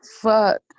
fuck